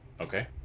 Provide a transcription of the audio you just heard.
Okay